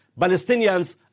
Palestinians